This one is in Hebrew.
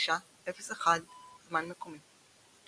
901 זמן מקומי.